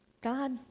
God